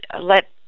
let